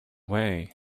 way